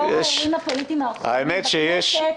לאור הימים הפוליטיים האחרונים בכנסת,